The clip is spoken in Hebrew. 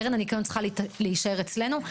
קרן הניקון צריכה להישאר אצלנו.